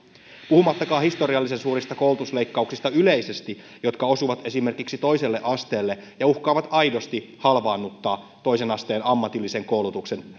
puhumattakaan historiallisen suurista koulutusleikkauksista yleisesti jotka osuvat esimerkiksi toiselle asteelle ja uhkaavat aidosti halvaannuttaa toisen asteen ammatillisen koulutuksen